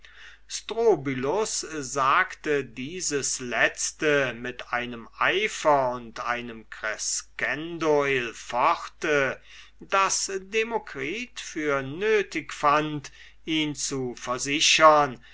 sagte dieses letzte mit einem eifer und einem crescendo il forte daß demokritus für nötig fand ihn zu versichern